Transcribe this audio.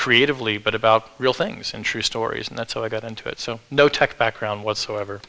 creatively but about real things and true stories and that's how i got into it so no tech background whatsoever